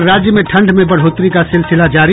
और राज्य में ठंड में बढ़ोतरी का सिलसिला जारी